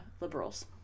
liberals